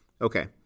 Okay